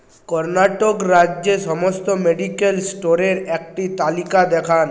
কর্ণাটক রাজ্যে সমস্ত মেডিকেল স্টোরের একটি তালিকা দেখান